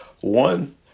one